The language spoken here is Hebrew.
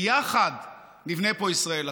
וביחד נבנה פה ישראל אחת.